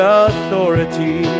authority